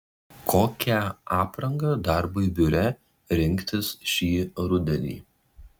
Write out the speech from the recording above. kokią aprangą darbui biure rinktis šį rudenį